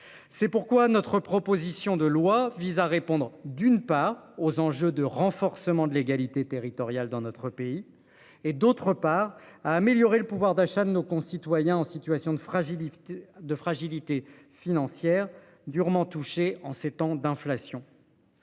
C'est pourquoi notre proposition de loi vise à répondre d'une part aux enjeux de renforcement de l'égalité territoriale dans notre pays et d'autre part à améliorer le pouvoir d'achat de nos concitoyens en situation de fragilité de fragilité financière durement touchée en ces temps d'inflation.